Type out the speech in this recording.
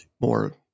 more